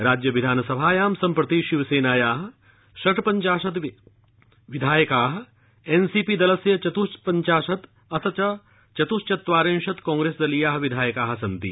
राज्य विधान सभायां सम्प्रति शिवसेनाया षाप्पिञ्चाशत् विधायका एन्सीपी दलस्य चतुः पञ्चाशत् अथ च चतुश्चत्वारिशत् कांग्रस्दलीया विधायका सन्ति